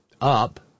up